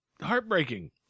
heartbreaking